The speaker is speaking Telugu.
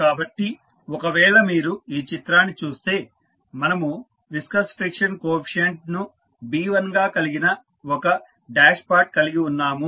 కాబట్టి ఒకవేళ మీరు ఈ చిత్రాన్ని చూస్తే మనము విస్కస్ ఫ్రిక్షన్ కోఎఫీసియంట్ ను B1 గా కలిగిన ఒక డాష్ పాట్ కలిగి ఉన్నాము